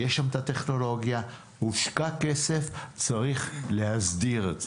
יש שם הטכנולוגיה, הושקע כסף, צריך להסדיר את זה.